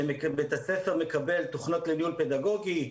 שבית הספר מקבל תוכנות לניהול פדגוגי,